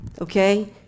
okay